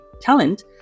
talent